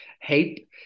hate